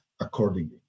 accordingly